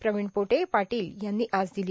प्रवीण पोटे पाटील यांनी आज दिली